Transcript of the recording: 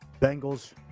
Bengals